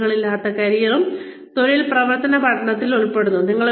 അതിരുകളില്ലാത്ത കരിയറും തൊഴിൽ പ്രവർത്തന പഠനത്തിൽ ഉൾപ്പെടുന്നു